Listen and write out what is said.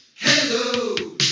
Hello